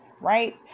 right